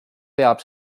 peab